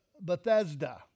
Bethesda